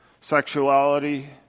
sexuality